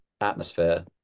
atmosphere